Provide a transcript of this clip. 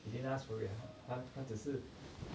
you didn't ask for it ah !huh! 他只是